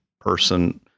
person